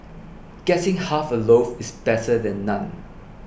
getting half a loaf is better than none